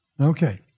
Okay